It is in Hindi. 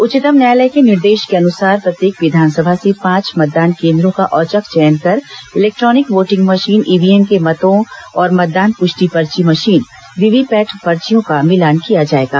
उच्चतम न्यायालय के निर्देश के अनुसार प्रत्येक विधानसभा से पांच मतदान केन्द्रों का औचक चयन कर इलेक्ट्रानिक वोटिंग मशीन ईवीएम के मतों और मतदान पुष्टि पर्ची मशीन वीवीपैट पर्चियों का मिलान किया जाएगा